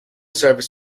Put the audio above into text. service